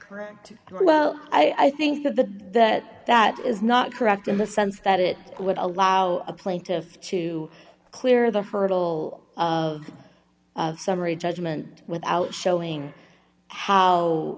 correct well i think that the that that is not correct in the sense that it would allow a plaintiff to clear the hurdle of summary judgment without showing how